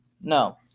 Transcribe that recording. no